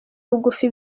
bugufi